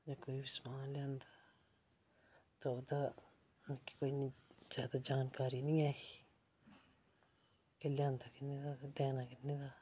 ते कोई समान लेआंदा ते ओह्दा मिगी कोई जादा जानकारी निं ऐ ही ते लेआंदा किन्ने दा ते देना किन्ने दा